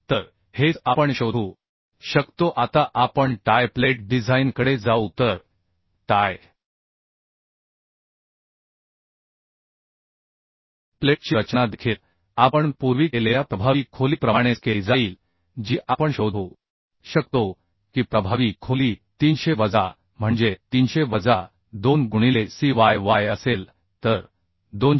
तर हेच आपण शोधू शकतो आता आपण टाय प्लेट डिझाईनकडे जाऊ तर टाय प्लेटची रचना देखील आपण पूर्वी केलेल्या प्रभावी खोलीप्रमाणेच केली जाईल जी आपण शोधू शकतो की प्रभावी खोली 300 वजा म्हणजे 300 वजा 2 गुणिले c y y असेल तर 249